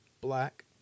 black